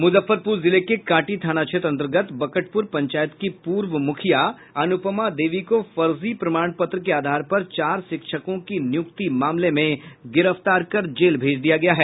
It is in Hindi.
मुजफ्फरपुर जिले के कांटी थाना क्षेत्र अन्तर्गत बकटपुर पंचायत की पूर्व मुखिया अनुपमा देवी को फर्जी प्रमाण पत्र के आधार पर चार शिक्षकों की नियुक्ति मामले में गिरफ्तार कर जेल भेज दिया गया है